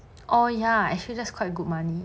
oh ya actually that is quite good money